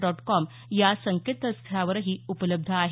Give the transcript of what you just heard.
dot com या संकेतस्थळावरही उपलब्ध आहे